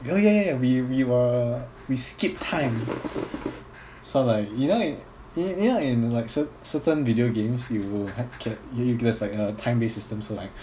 oh ya ya ya we we were we skip time so like you know in you you know in like cer~ certain video games you can there's like a time based system so like